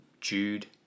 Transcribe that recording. jude